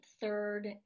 third